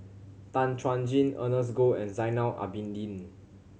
Tan Chuan Jin Ernest Goh and Zainal Abidin